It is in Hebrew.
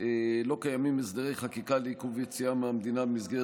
לא קיימים הסדרי חקיקה לעיכוב יציאה מהמדינה במסגרת